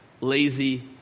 lazy